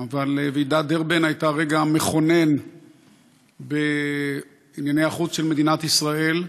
אבל ועידת דרבן הייתה הרגע המכונן בענייני החוץ של מדינת ישראל,